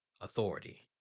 authority